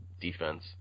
defense